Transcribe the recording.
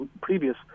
previous